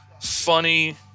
funny